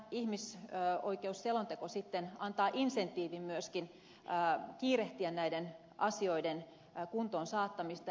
mutta ehkä tämä ihmisoikeusselonteko antaa sitten insentiivin myöskin kiirehtiä näiden asioiden kuntoon saattamista